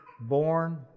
born